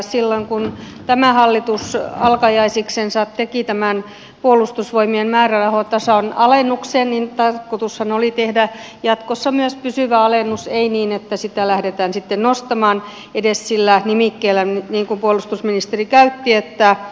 silloin kun tämä hallitus alkajaisiksensa teki tämän puolustusvoimien määrärahatason alennuksen niin tarkoitushan oli tehdä jatkossa myös pysyvä alennus ei niin että sitä lähdetään sitten nostamaan edes sillä nimikkeellä mitä puolustusministeri käytti että ylläpitää